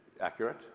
accurate